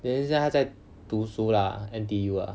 then 现在她在读书 lah N_T_U ah